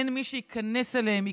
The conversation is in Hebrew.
אין מי שייכנס אליהם,